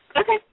Okay